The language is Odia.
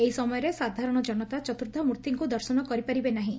ଏହି ସମୟରେ ସାଧାରଣ ଜନତା ଚତୁର୍କ୍ରା ମୂର୍ଭିଙ୍କୁ ଦର୍ଶନ କରିପାରିବେ ନାହିଁ